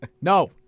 No